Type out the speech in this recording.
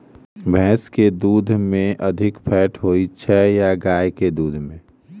भैंस केँ दुध मे अधिक फैट होइ छैय या गाय केँ दुध में?